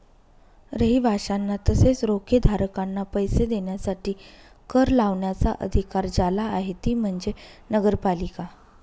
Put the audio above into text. रहिवाशांना तसेच रोखेधारकांना पैसे देण्यासाठी कर लावण्याचा अधिकार ज्याला आहे ती म्हणजे नगरपालिका